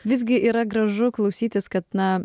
visgi yra gražu klausytis kad na